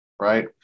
right